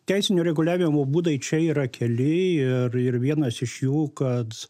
teisinio reguliavimo būdai čia yra keli ir ir vienas iš jų kad